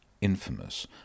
infamous